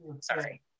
Sorry